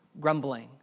grumbling